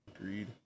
Agreed